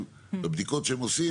כי בבדיקות שהם עושים,